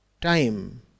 time